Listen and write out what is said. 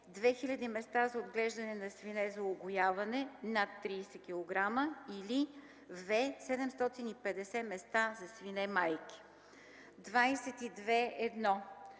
2000 места за отглеждане на свине за угояване (над 30 кг), или в) 750 места за свине майки. 22.1.